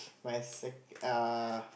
my sec~ err